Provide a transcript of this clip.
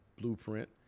blueprint